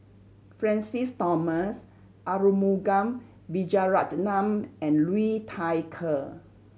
Francis Thomas Arumugam Vijiaratnam and Liu Thai Ker